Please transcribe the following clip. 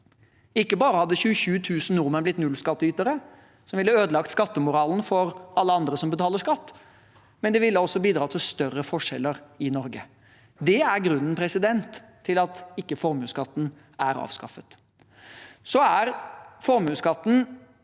Ikke bare hadde 27 000 nordmenn blitt nullskattytere, men det ville ødelagt skattemoralen for alle andre som betaler skatt. Det ville også bidratt til større forskjeller i Norge. Det er grunnen til at formuesskatten ikke er avskaffet. Formuesskatten